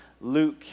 Luke